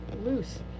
loose